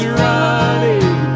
running